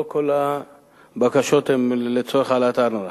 לא כל הבקשות הן לצורך העלאת הארנונה.